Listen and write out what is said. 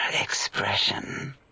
expression